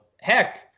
Heck